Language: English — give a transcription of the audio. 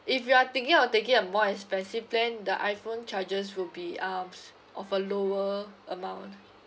if you're thinking of taking a more expensive plan the iphone charges will be um of a lower amount